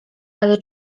ale